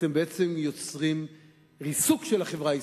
אתם בעצם יוצרים ריסוק של החברה הישראלית,